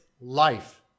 life